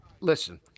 listen